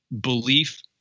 belief